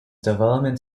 development